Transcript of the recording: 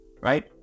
right